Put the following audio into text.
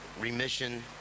remission